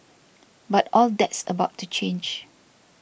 but all that's about to change